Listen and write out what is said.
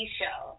show